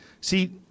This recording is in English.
see